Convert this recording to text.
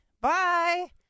Bye